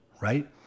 right